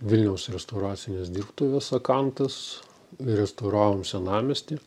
vilniaus restauracinės dirbtuvės akantas restauravom senamiestį